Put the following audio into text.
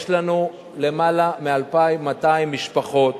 יש לנו למעלה מ-2,200 משפחות